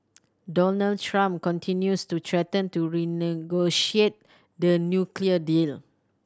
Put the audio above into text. Donald Trump continues to threaten to renegotiate the nuclear deal